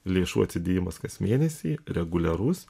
lėšų atidėjimas kas mėnesį reguliarus